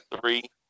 Three